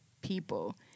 people